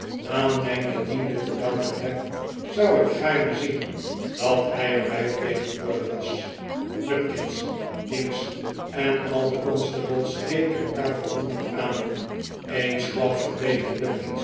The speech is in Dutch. aan mijn bediende te danken neb zou ik gaarne zien dat hij er bij tegenwoordig was nupkins jinks en al de constables keken elkaar verwonderd aan eensklaps ve'rbleekte